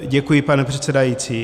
Děkuji, pane předsedající.